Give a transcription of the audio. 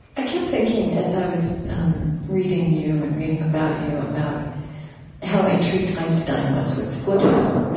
i kept thinking as i was um reading you and reading about you, about how intrigued einstein was with buddhism.